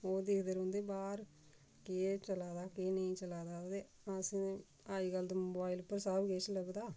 ओह् दिखदे रौंह्दे बाह्र केह् चला दा केह् नेईं चला दा ते अस अज्जकल ते मोबाइल उप्पर सब किश लभदा